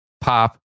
pop